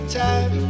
time